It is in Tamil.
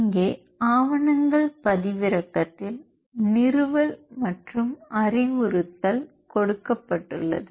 இங்கே ஆவணங்கள் பதிவிறக்கத்தில் நிறுவல் மற்றும் அறிவுறுத்தல் கொடுக்கப்பட்டுள்ளது